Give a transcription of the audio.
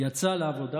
יצא לעבודה.